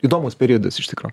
įdomus periodas iš tikro